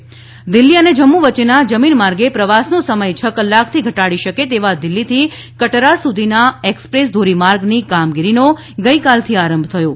Jitendra road corridor Delhi અને જમ્મુ વચ્ચેના જમીન માર્ગે પ્રવાસનો સમય છ કલાકથી ઘટાડી શકે તેવા દિલ્હીથી કટરા સુધીના એક્સપ્રેસ ધોરીમાર્ગની કામગીરીનો ગઈકાલથી આરંભ થયો છે